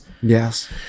Yes